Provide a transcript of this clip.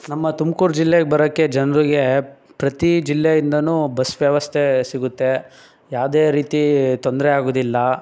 ನಮ್ಮ ತುಮ್ಕೂರು ಜಿಲ್ಲೆಗೆ ಬರೋಕ್ಕೆ ಜನ್ರಿಗೆ ಪ್ರತಿ ಜಿಲ್ಲೆಯಿಂದಲೂ ಬಸ್ ವ್ಯವಸ್ಥೆ ಸಿಗುತ್ತೆ ಯಾವುದೇ ರೀತಿ ತೊಂದರೆ ಆಗೋದಿಲ್ಲ